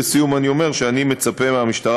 לסיום אני אומר שאני מצפה מהמשטרה